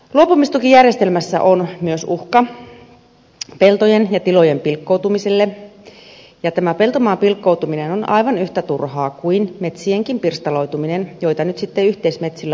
luopumistukijärjestelmässä on myös uhka peltojen ja tilojen pilkkoutumiselle ja tämä peltomaan pilkkoutuminen on aivan yhtä turhaa kuin metsienkin pirstaloituminen joita nyt sitten yhteismetsillä haalitaan yhteen